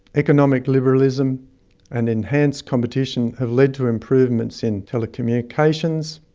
economic liberalism and enhanced competition have led to improvements in telecommunications,